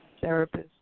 therapist